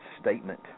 statement